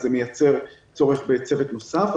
אז זה מייצר צורך בצוות נוסף.